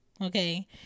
Okay